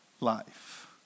life